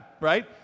right